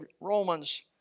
Romans